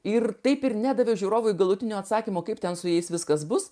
ir taip ir nedaviau žiūrovui galutinio atsakymo kaip ten su jais viskas bus